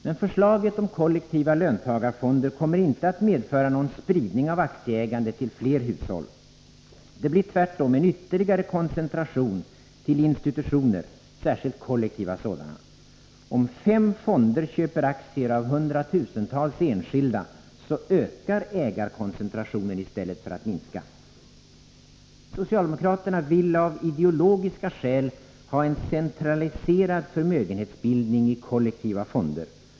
Men förslaget om kollektiva löntagarfonder kommer inte att medföra någon spridning av aktieägandet till fler hushåll. Det blir tvärtom en ytterligare koncentration till institutioner och då särskilt kollektiva sådana. Om fem fonder köper aktier av hundratusentals enskilda människor, ökar ägarkoncentrationen i stället för att minska. Socialdemokraterna vill av ideologiska skäl ha en centraliserad förmögenhetsbildning i kollektiva fonder.